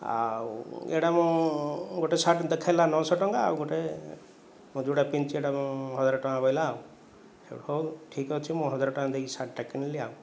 ଆଉ ଏହିଟା ମୁଁ ଗୋଟିଏ ଶାର୍ଟ ଦେଖାଇଲା ନଅଶହ ଟଙ୍କା ଆଉ ଗୋଟିଏ ମୁଁ ଯେଉଁଟା ପିନ୍ଧିଛି ଏହିଟା ହଜାର ଟଙ୍କା କହିଲା ଆଉ ହେଉ ଠିକ ଅଛି ମୁଁ ହଜାର ଟଙ୍କା ଦେଇକି ଶାର୍ଟଟା କିଣିଲି ଆଉ